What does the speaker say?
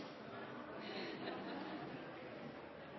Det